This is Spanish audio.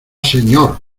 señor